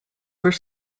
were